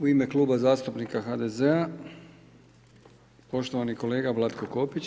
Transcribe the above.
U ime Kluba zastupnika HDZ-a poštovani kolega Vlatko Kopić.